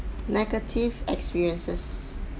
negative experiences